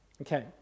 okay